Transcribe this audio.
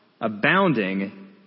abounding